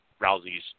Rousey's